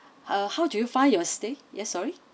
uh how do you find your stay ya sorry